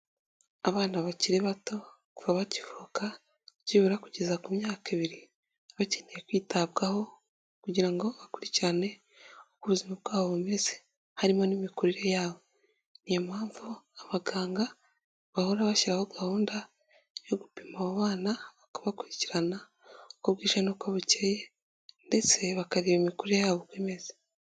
Abana bakiri bato kuva bakivuka byibura kugeza ku myaka ibiri, baba bakeneye kwitabwaho kugira ngo bakurikirane ubuzima bwabo bumeze, harimo n'imikurire yabo niyo mpamvu abaganga bahora bashyiraho gahunda yo gupima abo bana bakabakurikirana, uko bwije n'uko bukeye, ndetse bakareba imikurire yabo uko imeze.